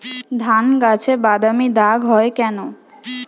ধানগাছে বাদামী দাগ হয় কেন?